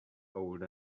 old